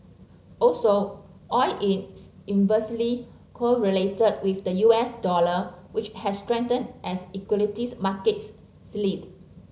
also oil is inversely correlated with the U S dollar which has strengthened as equities markets slid